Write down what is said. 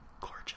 Gorgeous